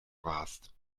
warst